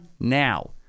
now